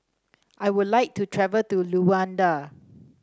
I would like to travel to Luanda